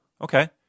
Okay